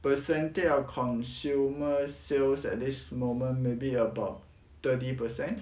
percentage of consumer sales at this moment maybe about thirty percent